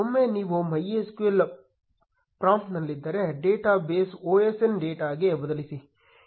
ಒಮ್ಮೆ ನೀವು MySQL ಪ್ರಾಂಪ್ಟ್ನಲ್ಲಿದ್ದರೆ ಡೇಟಾ ಬೇಸ್ OSN ಡೇಟಾಗೆ ಬದಲಿಸಿ